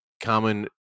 common